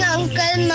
Uncle